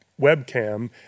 webcam